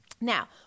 Now